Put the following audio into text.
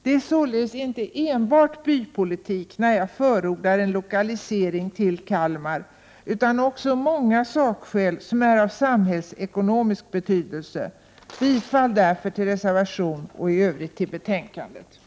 Det är således inte enbart bypolitik när jag förordar en lokalisering till Kalmar, utan det finns också många sakskäl som är av samhällsekonomisk betydelse. Jag yrkar därför bifall till reservation 2 och i Övrigt till hemställan i betänkandet.